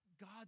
God